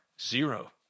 zero